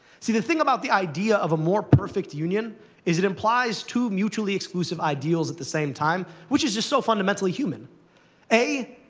see, the thing about the idea of a more perfect union is it implies two mutually exclusive ideals at the same time, which is itself so fundamentally human a,